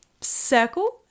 circle